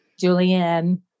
Julianne